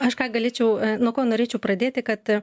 aš ką galėčiau nuo ko norėčiau pradėti kad